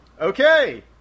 Okay